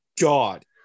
God